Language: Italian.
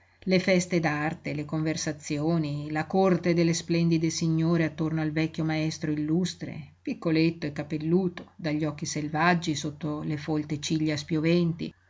le feste d'arte le conversazioni la corte delle splendide signore attorno al vecchio maestro illustre piccoletto e capelluto dagli occhi selvaggi sotto le folte ciglia spioventi